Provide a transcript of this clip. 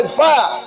fire